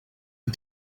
but